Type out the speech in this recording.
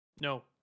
No